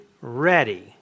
ready